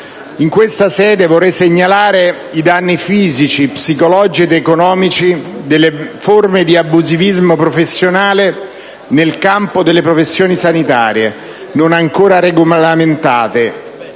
In questa sede, vorrei segnalare i danni fisici, psicologici ed economici dalle forme di abusivismo professionale nel campo delle professioni sanitarie non ancora regolamentate